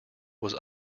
was